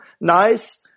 nice